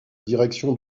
direction